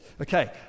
Okay